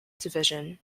division